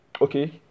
Okay